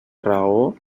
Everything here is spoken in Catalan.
raó